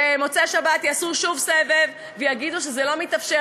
במוצאי-שבת יעשו שוב סבב ויגידו שזה לא מתאפשר